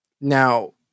Now